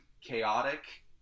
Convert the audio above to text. chaotic